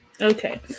Okay